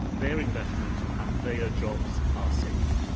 their investment and their jobs are safe.